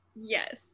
Yes